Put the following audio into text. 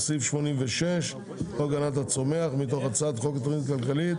רק סעיף 86 (חוק הגנת הצומח) מתוך הצעת חוק התכנית הכלכלית